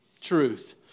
truth